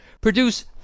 produce